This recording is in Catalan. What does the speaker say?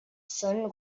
són